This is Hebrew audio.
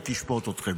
היא תשפוט אתכם.